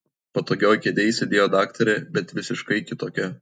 patogioj kėdėj sėdėjo daktarė bet visiškai kitokia